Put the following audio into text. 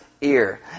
ear